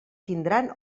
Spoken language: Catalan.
tindran